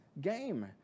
game